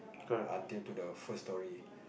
until to the first story